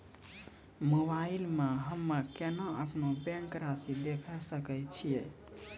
Mobile मे हम्मय केना अपनो बैंक रासि देखय सकय छियै?